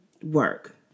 Work